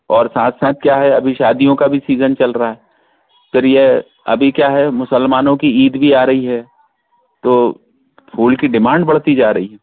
और साथ साथ क्या है अभी शादियों का भी सीजन चल रहा है फिर ये अभी क्या है मुसलमानो की ईद भी आ रही है तो फूलों की डिमांड बढ़ती जा रही है